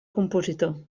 compositor